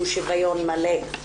הוא שוויון מלא.